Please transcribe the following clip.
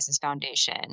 Foundation